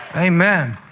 amen.